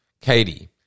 Katie